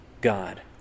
God